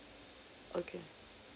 okay